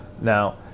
Now